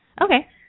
Okay